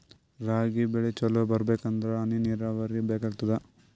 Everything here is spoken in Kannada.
ರಾಗಿ ಬೆಳಿ ಚಲೋ ಬರಬೇಕಂದರ ಹನಿ ನೀರಾವರಿ ಬೇಕಾಗತದ?